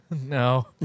No